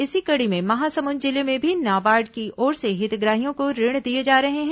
इसी कड़ी में महासमुंद जिले में भी नाबार्ड की ओर से हितग्राहियों को ऋण दिए जा रहे हैं